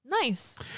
Nice